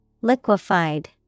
Liquefied